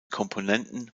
komponenten